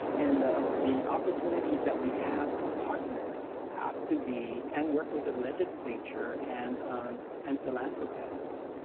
and ah the opportunities that we have to partner have to be, and work with the legislature, and and philanthropists,